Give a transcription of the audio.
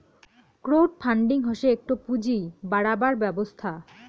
crowd funding হসে একটো পুঁজি বাড়াবার ব্যবস্থা